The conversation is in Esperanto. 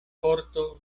korto